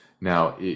Now